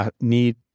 need